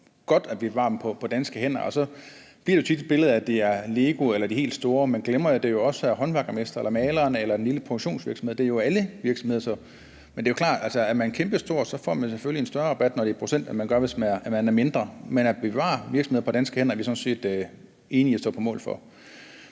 er supergodt, at vi bevarer dem på danske hænder. Så bliver der jo tit malet et billede af, at det er LEGO eller de helt store, men man glemmer, at det jo også er håndværksmesteren, maleren eller den lille produktionsvirksomhed. Det er jo alle virksomheder, men altså, det er jo klart, at er man kæmpestor, får man selvfølgelig en større rabat, når det er i procent, end man gør, hvis man er mindre. Men at vi bevarer virksomheder på danske hænder, er vi sådan set enige i er godt, og